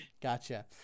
Gotcha